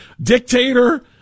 dictator